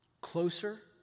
closer